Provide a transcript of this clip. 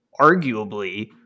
arguably